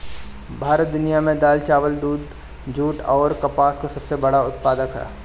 भारत दुनिया में दाल चावल दूध जूट आउर कपास का सबसे बड़ा उत्पादक ह